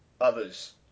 others